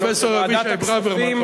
פרופסור אבישי ברוורמן.